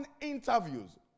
interviews